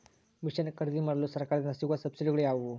Mission ಖರೇದಿಮಾಡಲು ಸರಕಾರದಿಂದ ಸಿಗುವ ಸಬ್ಸಿಡಿಗಳು ಯಾವುವು?